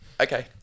Okay